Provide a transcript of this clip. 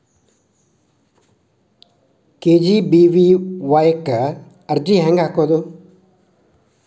KGBVY ಕ್ಕ ಅರ್ಜಿ ಹೆಂಗ್ ಹಾಕೋದು?